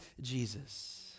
Jesus